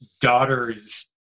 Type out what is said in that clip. daughter's